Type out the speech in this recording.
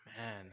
Man